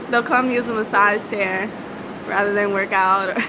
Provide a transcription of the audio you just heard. they'll come use the massage chair rather than work out.